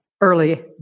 early